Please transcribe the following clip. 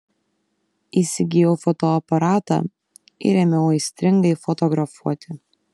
įsigijau fotoaparatą ir ėmiau aistringai fotografuoti